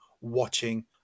watching